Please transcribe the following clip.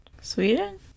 Sweden